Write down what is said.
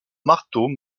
marteau